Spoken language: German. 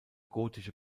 gotische